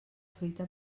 fruita